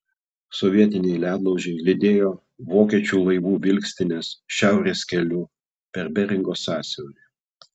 sovietiniai ledlaužiai lydėjo vokiečių laivų vilkstines šiaurės keliu per beringo sąsiaurį